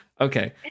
Okay